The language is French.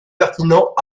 pertinents